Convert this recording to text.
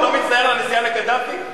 אתה לא מצטער על הנסיעה לקדאפי?